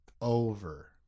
over